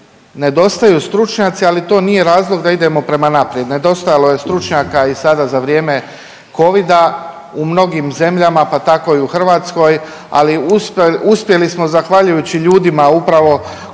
Nedostaju stručnjaci, ali to nije razlog da idemo prema naprijed. Nedostajalo je stručnjaka i sada za vrijeme covida u mnogim zemljama, pa tako i u Hrvatskoj, ali uspjeli smo zahvaljujući ljudima upravo